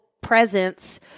presence